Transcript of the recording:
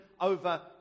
over